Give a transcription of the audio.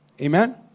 Amen